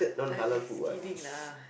I just kidding lah